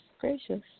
gracious